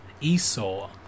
Esau